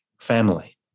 family